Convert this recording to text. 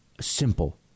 simple